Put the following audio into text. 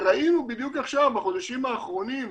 וראינו בדיוק עכשיו בחודשים האחרונים,